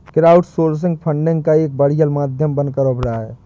crowdsourcing funding का एक बढ़िया माध्यम बनकर उभरा है